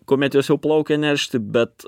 kuomet jos jau plaukia neršti bet